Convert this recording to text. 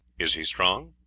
is he strong?